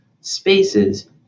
spaces